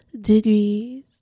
degrees